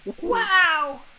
Wow